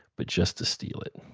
but just to steal it.